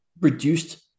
reduced